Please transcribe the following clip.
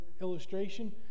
illustration